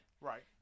Right